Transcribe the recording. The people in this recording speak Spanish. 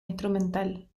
instrumental